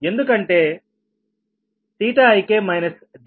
ఎందుకంటే ik ikik